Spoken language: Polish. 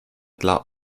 dla